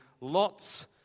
lots